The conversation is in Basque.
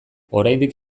oraindik